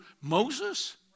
Moses